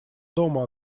дома